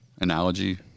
analogy